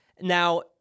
now